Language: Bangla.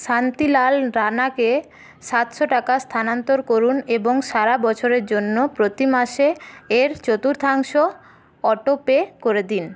শান্তিলাল রাণা কে সাতশো টাকা স্থানান্তর করুন এবং সারা বছরের জন্য প্রতি মাসে এর চতুর্থাংশ অটোপে করে দিন